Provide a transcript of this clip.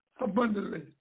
abundantly